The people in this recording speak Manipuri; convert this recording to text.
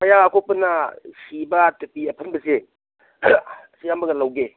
ꯄꯩꯌꯥ ꯑꯀꯨꯞꯄꯅ ꯁꯤꯕ ꯇꯨꯄꯤ ꯑꯐꯟꯕꯁꯦ ꯑꯁꯤ ꯑꯃꯒ ꯂꯧꯒꯦ